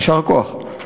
יישר כוח.